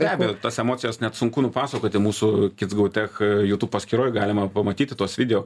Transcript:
be abejo tas emocijas net sunku nupasakoti mūsų kits gau tech jutūb paskyroj galima pamatyti tuos video